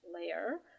layer